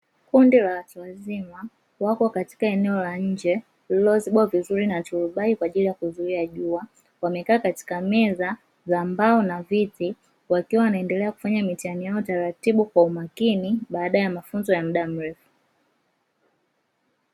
Kundi la watu wazima wako katika eneo la nje lilikozibwa vizuri na torobai kwaajili ya kuzuia jua, wamekaa katika meza za mbao na viti wakiwa wanaendelea kufanya mitihani yao taratibu kwa umakini baada ya mafunzo ya mda mrefu .